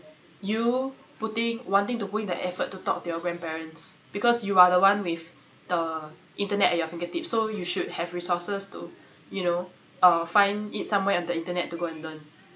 you putting wanting to put in the effort to talk to your grandparents because you are the one with the internet at your fingertips so you should have resources to you know uh find it somewhere on the internet to go and learn